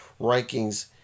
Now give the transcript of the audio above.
rankings